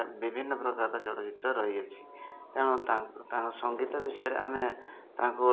ଆପଣ ଗାଡ଼ି ଯେଉଁ ମୁଁ ନେଇକି ଯାଇଥିଲି ଗତ ମାସରେ କେନ୍ଦ୍ରାପଡ଼ା ଯାଇଥିଲି